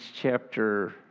chapter